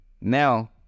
now